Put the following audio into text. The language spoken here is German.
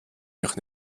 mich